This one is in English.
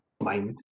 mind